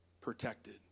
protected